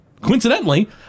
Coincidentally